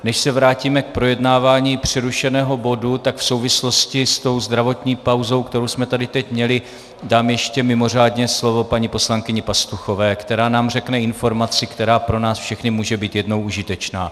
Než se vrátíme k projednávání přerušeného bodu, tak v souvislosti s tou zdravotní pauzou, kterou jsme tady teď měli, dám ještě mimořádně slovo paní poslankyni Pastuchové, která nám řekne informaci, která pro nás všechny může být jednou užitečná.